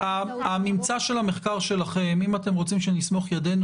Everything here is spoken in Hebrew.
הממצא של המחקר שלכם אם אתם רוצים שנסמוך ידינו